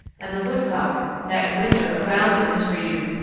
and the woodcock, that in winter abound in this region,